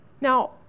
Now